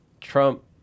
Trump